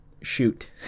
shoot